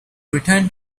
returned